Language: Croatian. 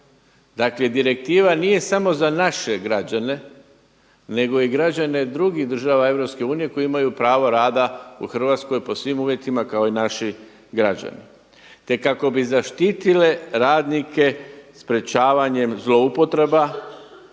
Dakle, direktiva nije samo za naše građane, nego i građane drugih država EU koji imaju pravo rada u Hrvatskoj po svim uvjetima kao i naši građani, te kako bi zaštitile radnike sprječavanjem zloupotreba.